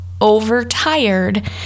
overtired